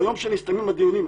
ביום שמסתיימים הדיונים.